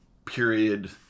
Period